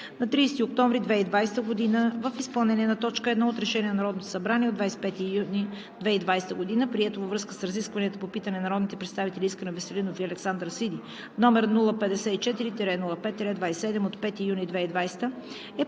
На 30 октомври 2020 г. в изпълнение на т. 1 от Решение на Народното събрание от 25 юни 2020 г., прието във връзка с разискванията по питане на народните представители Искрен Веселинов и Александър Сиди, № 054-05-27 от 5 юли 2020